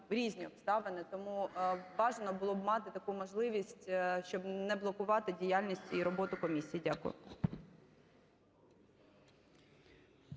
різні обставини, тому бажано було б мати таку можливість, щоб не блокувати діяльність і роботу комісії. Дякую.